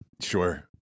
sure